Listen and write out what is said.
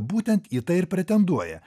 būtent į tai ir pretenduoja